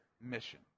mission